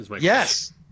Yes